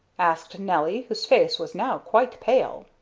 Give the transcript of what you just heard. asked nelly, whose face was now quite pale.